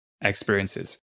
experiences